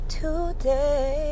today